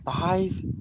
five